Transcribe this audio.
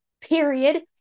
period